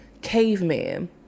caveman